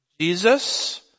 Jesus